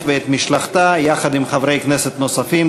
ואת משלחתה יחד עם חברי כנסת נוספים.